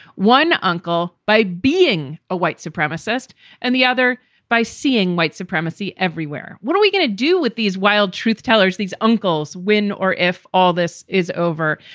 one uncle by being a white supremacist and the other by seeing white supremacy everywhere. what are we going to do with these wild truth tellers, these uncles, when or if all this is over?